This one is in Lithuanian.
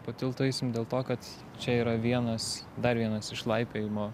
po tiltu eisim dėl to kad čia yra vienas dar vienas iš laipiojimo